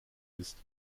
ist